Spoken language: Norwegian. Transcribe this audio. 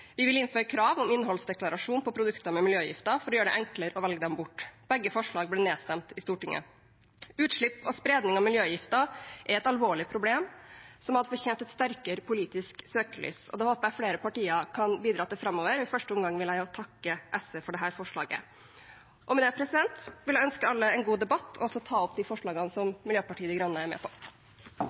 Vi vil innføre krav om innholdsdeklarasjon på produkter med miljøgifter for å gjøre det enklere å velge dem bort. Begge forslag ble nedstemt i Stortinget. Utslipp og spredning av miljøgifter er et alvorlig problem som hadde fortjent et sterkere politisk søkelys, og det håper jeg flere partier kan bidra til framover. I første omgang vil jeg takke SV for dette representantforslaget. Med det vil jeg ønske alle en god debatt og ta opp de forslagene som Miljøpartiet De Grønne er med på.